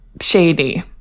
shady